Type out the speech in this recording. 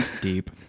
Deep